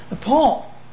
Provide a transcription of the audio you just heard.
Paul